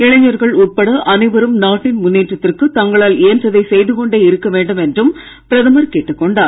இளைஞர்கள் உட்பட அனைவரும் நாட்டின் முன்னேற்றத்திற்கு தங்களால் இயன்றதை செய்து கொண்டே இருக்க வேண்டும் என்றும் பிரதமர் கேட்டுக் கொண்டார்